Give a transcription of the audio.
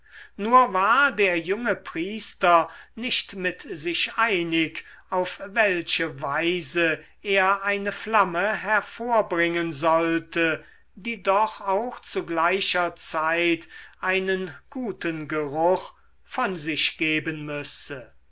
nur war der junge priester nicht mit sich einig auf welche weise er eine flamme hervorbringen sollte die doch auch zu gleicher zeit einen guten geruch von sich geben müsse